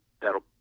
That'll